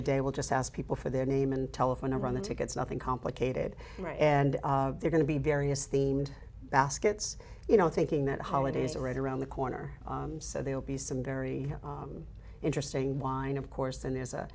the day will just ask people for their name and telephone number on the tickets nothing complicated and they're going to be various themed baskets you know thinking that holidays are right around the corner so there will be some very interesting wine of course and there's